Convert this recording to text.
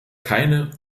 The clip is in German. keine